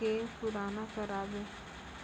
के पुराना करावे?